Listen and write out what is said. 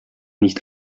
nicht